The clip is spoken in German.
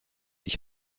ich